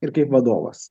ir kaip vadovas